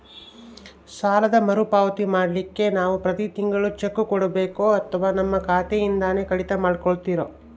ಸಾಲದ ಮರುಪಾವತಿ ಮಾಡ್ಲಿಕ್ಕೆ ನಾವು ಪ್ರತಿ ತಿಂಗಳು ಚೆಕ್ಕು ಕೊಡಬೇಕೋ ಅಥವಾ ನಮ್ಮ ಖಾತೆಯಿಂದನೆ ಕಡಿತ ಮಾಡ್ಕೊತಿರೋ?